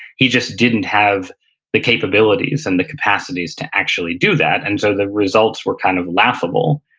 he just didn't have the capabilities and the capacities to actually do that and so the results were kind of laughable.